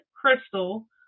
crystal